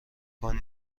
کنی